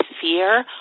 fear